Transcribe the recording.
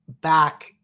back